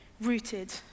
rooted